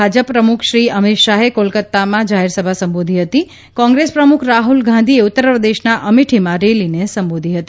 ભાજપ પ્રમુખશ્રી અમિત શાહે કોલકાતામાં જાહેરસભા સંબોધી હતી કોંગ્રેસ પ્રમુખ રાહુલ ગાંધીએ ઉત્તરપ્રદેશના અમેઠીમાં રેલીને સંબોધી હતી